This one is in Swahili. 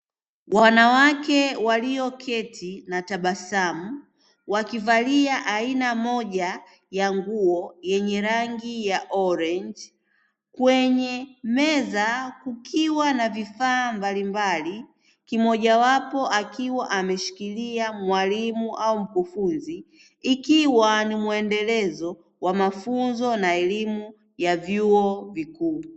Wanawake walioketi na tabasamu wakivalia aina moja ya nguo yenye rangi ya orenji, kwenye meza kukiwa na vifaa mbalimbali. Kimojawapo akiwa ameshikilia mwalimu au mkufunzi, ikiwa ni mwendelezo wa mafunzo na elimu ya vyuo vikuu.